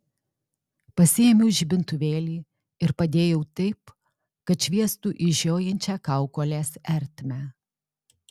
pasiėmiau žibintuvėlį ir padėjau taip kad šviestų į žiojinčią kaukolės ertmę